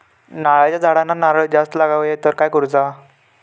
नारळाच्या झाडांना नारळ जास्त लागा व्हाये तर काय करूचा?